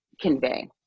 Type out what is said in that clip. convey